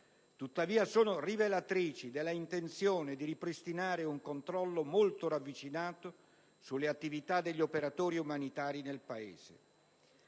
Tuttavia, sono rivelatrici della intenzione di ripristinare un controllo molto ravvicinato sulle attività degli operatori umanitari nel Paese.